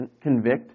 convict